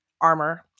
armor